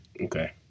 Okay